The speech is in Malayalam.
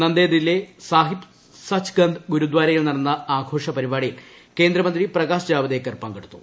നന്ദേദിലെ സാഹിബ് സച്ഖന്ദ് ഗുരുദാരയിൽ നടന്ന ആഘോഷപരിപാടിയിൽ കേന്ദ്രമന്ത്രി പ്രകാശ് ജാവ്ദേക്കർ പങ്കെടുത്തു